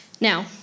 Now